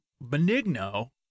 Benigno